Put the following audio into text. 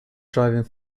driving